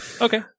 Okay